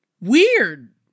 weird